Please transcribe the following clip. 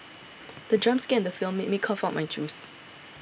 the jump scare in the film made me cough out my juice